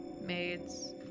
maids